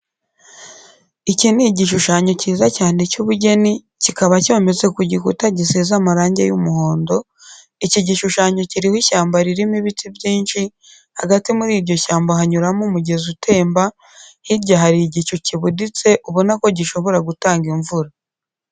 Iki ni igishushanyo cyiza cyane cy'ubugeni kikaba cyometse ku gikuta gisize amarange y'umuhondo, iki gishushanyo kiriho ishyamba ririmo ibiti byinshi, hagati muri iryo shyamba hanyuramo umugezi utemba, hirya hari igicu kibuditse ubona ko gishobora gutanga imvura.